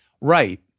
Right